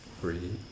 Breathe